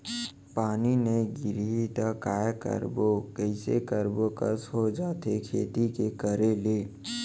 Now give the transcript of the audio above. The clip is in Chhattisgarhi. पानी नई गिरही त काय करबो, कइसे करबो कस हो जाथे खेती के करे ले